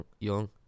young